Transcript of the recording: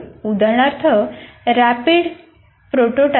उदाहरणार्थ rapid prototyping